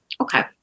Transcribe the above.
Okay